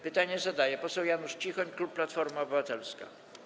Pytanie zadaje poseł Janusz Cichoń, klub Platforma Obywatelska.